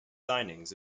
signings